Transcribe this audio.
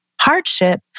hardship